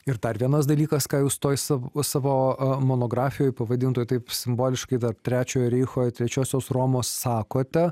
ir dar vienas dalykas ką jūs toj sav savo ė monografijoj pavadintoje taip simboliškai tarp trečiojo reicho ir trečiosios romos sakote